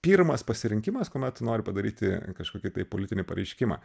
pirmas pasirinkimas kuomet nori padaryti kažkokį tai politinį pareiškimą